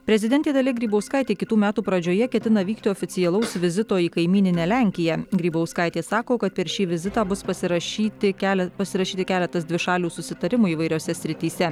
prezidentė dalia grybauskaitė kitų metų pradžioje ketina vykti oficialaus vizito į kaimyninę lenkiją grybauskaitė sako kad per šį vizitą bus pasirašyti kele pasirašyti keletas dvišalių susitarimų įvairiose srityse